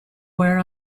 wear